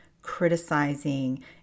Criticizing